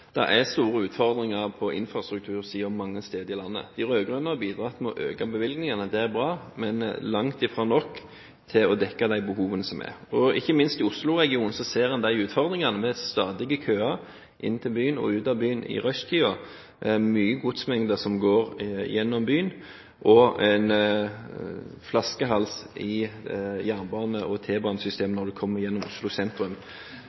Det er store utfordringer på infrastruktursiden mange steder i landet. De rød-grønne har bidratt med å øke bevilgningene. Det er bra, men det er langt fra nok til å dekke de behovene som er. Ikke minst i Oslo-regionen ser en disse utfordringene, med stadige køer inn til byen og ut av byen i rushtiden. Det er store godsmengder som går gjennom byen, og det er en flaskehals i jernbane- og T-banesystemet gjennom Oslo sentrum.